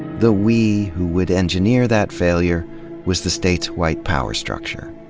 the we who would engineer that failure was the state's white power structure.